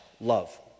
love